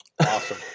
awesome